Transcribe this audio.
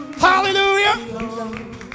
Hallelujah